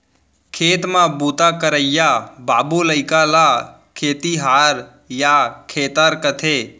खेत म बूता करइया बाबू लइका ल खेतिहार या खेतर कथें